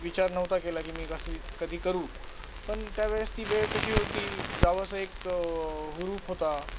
विचार नव्हता केला की मी कसं कधी करू पण त्या वेळेस ती वेळ तशी होती जावंसं एक हुरूप होता